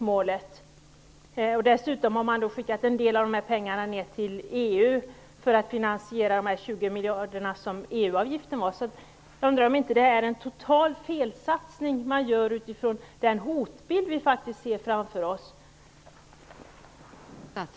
Man har dessutom skickat en del av dessa pengar till EU för att finansiera de 20 miljarderna i EU-avgift. Jag undrar alltså om man inte gör en total felsatsning utifrån den hotbild som vi faktiskt ser framför oss.